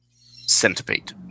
centipede